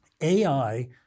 AI